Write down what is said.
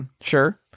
sure